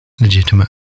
legitimate